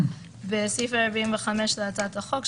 בסעיף 45 להצעת החוק,